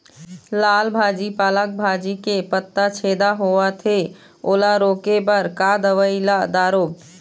लाल भाजी पालक भाजी के पत्ता छेदा होवथे ओला रोके बर का दवई ला दारोब?